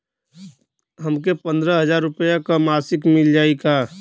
हमके पन्द्रह हजार रूपया क मासिक मिल जाई का?